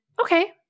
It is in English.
okay